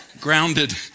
grounded